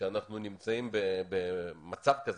כשאנחנו נמצאים במצב כזה,